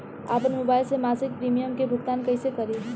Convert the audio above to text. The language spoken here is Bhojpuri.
आपन मोबाइल से मसिक प्रिमियम के भुगतान कइसे करि?